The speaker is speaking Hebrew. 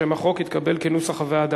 שם החוק התקבל כנוסח הוועדה.